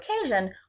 occasion